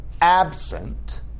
absent